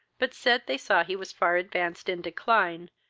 but said, they saw he was far advanced in decline,